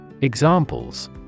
Examples